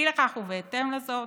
אי לכך ובהתאם לזאת,